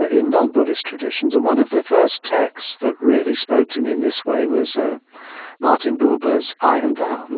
ah in non-buddhist traditions. and one of the first texts that really spoke to me in this way was ah martin buber's i and thou.